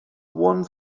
one